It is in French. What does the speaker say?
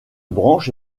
branche